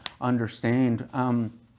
understand